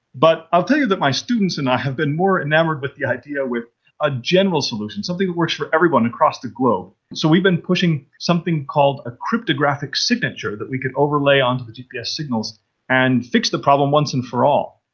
but i'll tell you that my students and i have been more enamoured with the idea of a general solution, something that works for everyone across the globe, and so we've been pushing something called a cryptographic signature that we could overlay onto the gps signals and fix the problem once and for all.